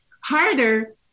harder